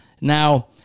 Now